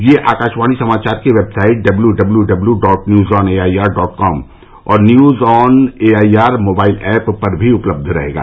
यह आकाशवाणी समाचार की website W W W dot news on AIR dot com और news on AIR mobile app पर भी उपलब्ध रहेगा